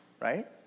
right